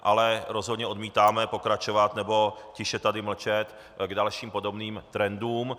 Ale rozhodně odmítáme pokračovat nebo tiše tady mlčet k dalším podobným trendům.